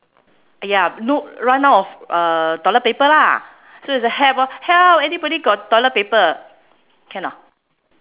ya no run out of uh toilet paper lah so it's a help lor help anybody got toilet paper can not